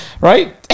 Right